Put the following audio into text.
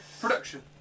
production